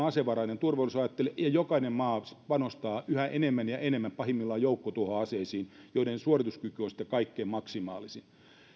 asevarainen turvallisuusajattelu ja jokainen maa panostaa yhä enemmän ja enemmän pahimmillaan joukkotuhoaseisiin joiden suorituskyky on sitten kaikkein maksimaalisin